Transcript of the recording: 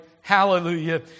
Hallelujah